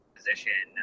position